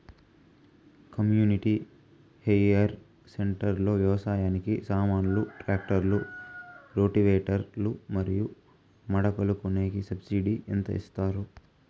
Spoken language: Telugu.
కమ్యూనిటీ హైయర్ సెంటర్ లో వ్యవసాయానికి సామాన్లు ట్రాక్టర్లు రోటివేటర్ లు మరియు మడకలు కొనేకి సబ్సిడి ఎంత ఇస్తారు